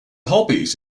hobbies